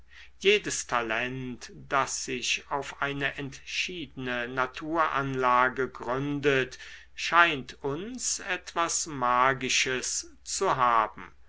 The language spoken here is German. jedes talent das sich auf eine entschiedene naturanlage gründet scheint uns etwas magisches zu haben